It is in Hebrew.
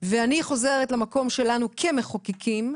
ואני חוזרת למקום שלנו כמחוקקים,